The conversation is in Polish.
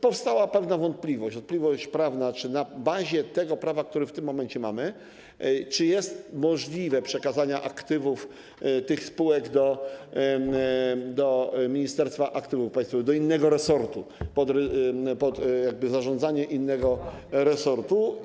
Powstała pewna wątpliwość, wątpliwość prawna, czy na bazie tego prawa, które w tym momencie mamy, jest możliwe przekazanie aktywów tych spółek do Ministerstwa Aktywów Państwowych, do innego resortu, pod zarządzanie innego resortu.